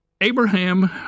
Abraham